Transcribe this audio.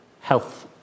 health